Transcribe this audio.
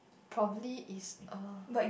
probably is a